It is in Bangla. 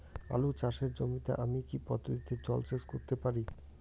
আলু চাষে জমিতে আমি কী পদ্ধতিতে জলসেচ করতে পারি?